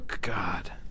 God